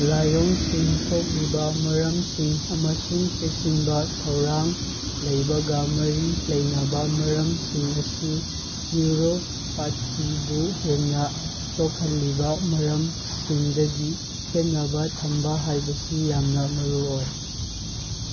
ꯂꯥꯏꯑꯣꯡꯁꯤꯡ ꯊꯣꯛꯂꯤꯕ ꯃꯔꯝꯁꯤꯡ ꯑꯃꯁꯨꯡ ꯆꯦꯛꯁꯤꯟꯕ ꯊꯧꯔꯥꯡ ꯂꯩꯕꯒ ꯀꯔꯤ ꯂꯩꯅꯕ ꯃꯔꯝꯁꯤꯡ ꯑꯁꯤ ꯅ꯭ꯌꯨꯔꯣꯄꯥꯊꯤꯕꯨ ꯍꯦꯟꯅ ꯁꯣꯛꯍꯜꯂꯤꯕ ꯃꯔꯝ ꯁꯤꯡꯗꯒꯤ ꯈꯦꯠꯅꯕ ꯊꯝꯕ ꯍꯥꯏꯕꯁꯤ ꯌꯥꯝꯅ ꯃꯔꯨ ꯑꯣꯏ